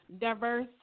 diverse